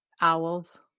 owls